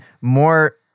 more